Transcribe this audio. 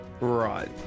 right